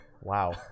Wow